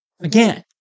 Again